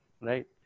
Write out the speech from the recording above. right